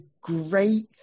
great